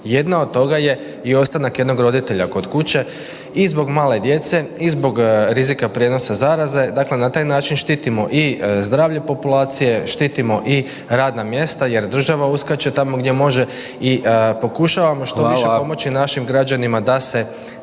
Jedna od toga je i ostanak jednog roditelja kod kuće i zbog male djece i zbog rizika prijenosa zaraze, dakle na taj način štitimo i zdravlje populacije, štitimo i radna mjesta jer država uskače tamo gdje može i pokušavamo što više pomoći .../Upadica: Hvala./...